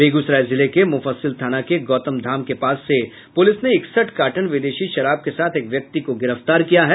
बेगूसराय जिले के मुफस्सिल थाना के गौतम धाम के पास से पूलिस ने इकसठ कार्टन विदेशी शराब के साथ एक व्यक्ति को गिरफ्तार किया है